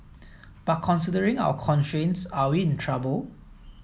but considering our constraints are we in trouble